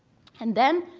and then,